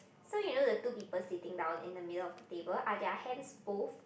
so you know the two people sitting down in the middle of the table are their hands both